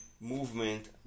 movement